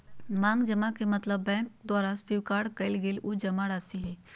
मांग जमा के मतलब बैंक द्वारा स्वीकार कइल गल उ जमाराशि हइ